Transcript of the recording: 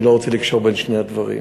אני לא רוצה לקשור בין שני הדברים.